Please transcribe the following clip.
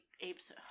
apes